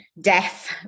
death